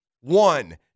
One